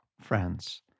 friends